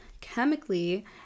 Chemically